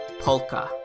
polka